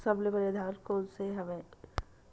सबले बने धान कोन से हवय?